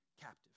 captive